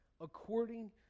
according